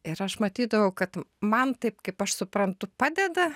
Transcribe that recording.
ir aš matydavau kad man taip kaip aš suprantu padeda